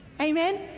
Amen